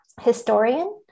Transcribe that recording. historian